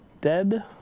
Dead